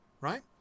right